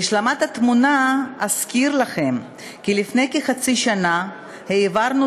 להשלמת התמונה אזכיר לכם כי לפני כחצי שנה העברנו